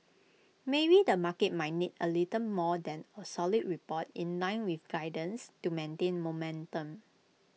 maybe the market might need A little more than A solid report in nine with guidance to maintain momentum